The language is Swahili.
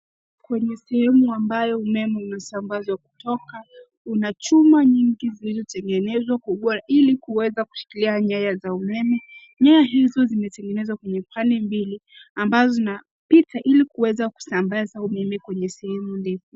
Kwenye sehemu ambayo umeme unasambazwa kutoka, una chuma nyingi zilizotengenezwa kubwa ili kuweza kushikilia nyaya za umeme. Nyaya hizo zimetengenezwa kwenye pande mbili ambazo zinapita ili kuweza kusambaza umeme kwenye sehemu ndefu.